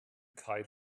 kite